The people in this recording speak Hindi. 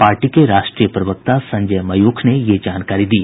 पार्टी के राष्ट्रीय प्रवक्ता संजय मयूख ने यह जानकारी दी